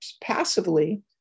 passively